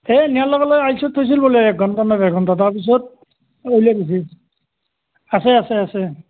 এ নিয়াৰ লগে লগে আই চি উত থৈছিল বোলে এক ঘন্টা নে ডেৰ ঘন্টা তাৰপিছত উলিয়াই দিছে আছে আছে আছে